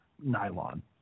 nylon